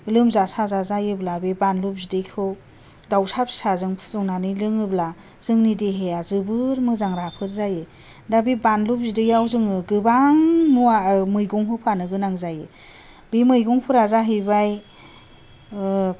लोमजा साजा जायोब्ला बे बानलु बिदैखौ दाउसा फिसाजों बिदैखौ फुदुंनानै लोङोबा जोंनि देहाया जोबोर मोजां राफोद जायो दा बे बानलु बिदैयाव जोङो गोबां मुवा मैगं होफानो गोनां जायो बे मैगंफोरा जाहैबाय